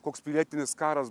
koks pilietinis karas